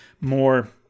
more